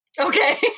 okay